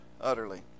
utterly